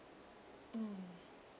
mm